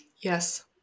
Yes